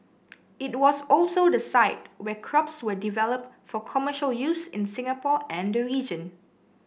it was also the site where crops were developed for commercial use in Singapore and the region